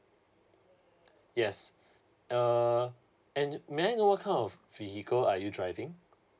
yes err and may I know what kind of vehicle are you driving